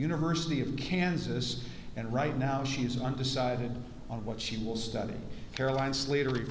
university of kansas and right now she's undecided on what she will study caroline slater